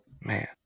man